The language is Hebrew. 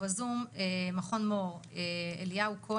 הוא היה בצום במשך שמונה שעות, לא הפסיק לצרוח.